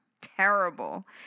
terrible